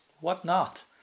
whatnot